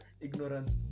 ignorance